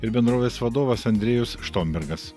ir bendrovės vadovas andrėjus štombergas